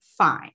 Fine